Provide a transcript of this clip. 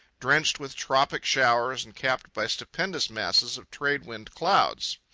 drenched with tropic showers and capped by stupendous masses of trade-wind clouds.